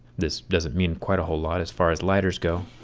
this doesn't mean quite a whole lot as far as lighters go,